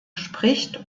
spricht